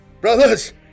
Brothers